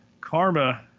Karma